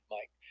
Mike